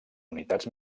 unitats